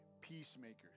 peacemakers